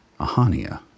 Ahania